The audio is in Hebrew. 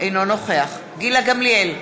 אינו נוכח גילה גמליאל,